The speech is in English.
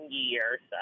years